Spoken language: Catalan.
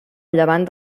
llevant